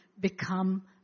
become